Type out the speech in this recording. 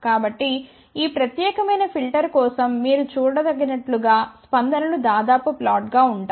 కాబట్టి ఈ ప్రత్యేకమైన ఫిల్టర్ కోసం మీరు చూడగలిగినట్లుగా స్పందనలు దాదాపు ఫ్లాట్ గా ఉంటుంది